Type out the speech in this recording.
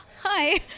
hi